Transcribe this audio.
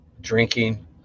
drinking